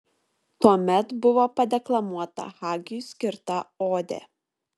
tuomet buvo padeklamuota hagiui skirta odė